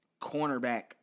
cornerback